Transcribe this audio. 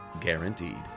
guaranteed